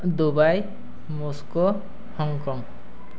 Dubai Moscow Hong Kong